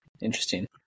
interesting